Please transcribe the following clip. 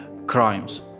crimes